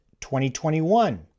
2021